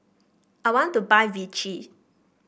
I want to buy Vichy